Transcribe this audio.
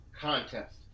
contest